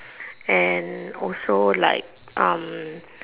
and also like um